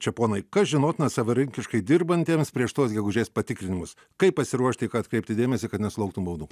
čeponai kas žinotina savarankiškai dirbantiems prieš tuos gegužės patikrinimus kaip pasiruošti į ką atkreipti dėmesį kad nesulauktum baudų